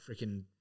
freaking